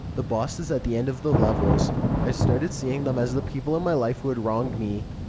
the bosses at the end of the levels i started seeing them as the people in my life who had wronged me.